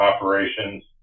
operations